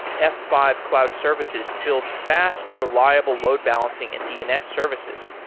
f five cloud services builds fast, reliable load-balancing and dns services.